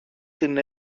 την